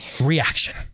Reaction